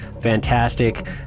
Fantastic